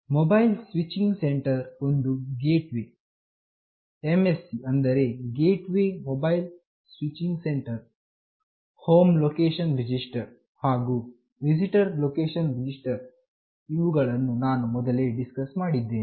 mobile switching centre ಒಂದು gateway MSC ಅಂದರೆ gateway mobile switching centre home location register ಹಾಗು visitor location register ಇವುಗಳನ್ನು ನಾನು ಮೊದಲೇ ಡಿಸ್ಕಸ್ ಮಾಡಿದ್ದೇನೆ